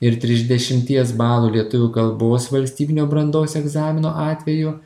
ir trisdešimties balų lietuvių kalbos valstybinio brandos egzamino atveju